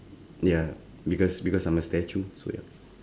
ya because because I'm a statue so ya